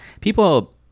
People